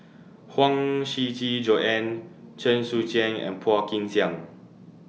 Huang Shiqi Joan Chen Sucheng and Phua Kin Siang